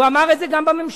הוא אמר את זה גם בממשלה.